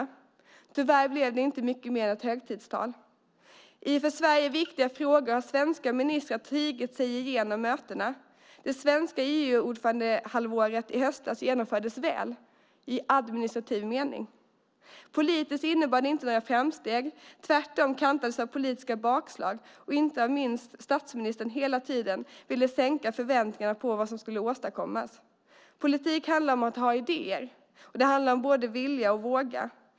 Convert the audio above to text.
Tyvärr blev det inte mycket mer än ett högtidstal. I för Sverige viktiga frågor har svenska ministrar tigit sig igenom mötena. Det svenska EU-ordförandehalvåret i höstas genomfördes väl - i administrativ mening. Politiskt innebar det inte några framsteg. Tvärtom kantades det av politiska bakslag och av att inte minst statsministern hela tiden ville sänka förväntningarna på vad som skulle kunna åstadkommas. Politik handlar om att ha idéer och om att vilja och våga.